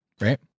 right